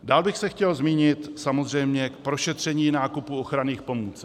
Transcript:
Dále bych se chtěl zmínit samozřejmě k prošetření nákupu ochranných pomůcek.